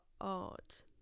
art